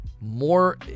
more